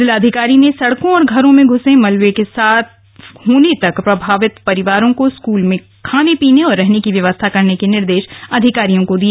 जिलाधिकारी ने सड़कों और घरों में घसे मलवे के साफ होने तक प्रभावित परिवारों को स्कल में खाने पीने और रहने की व्यवस्था करने के निर्देश अधिकारियों को दिए